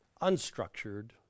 unstructured